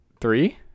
Three